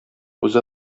үзе